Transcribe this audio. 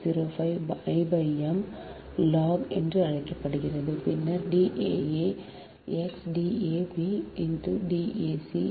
4605 I m log என்று அழைக்கப்படுகிறது பின்னர் D a a × D a b × D a c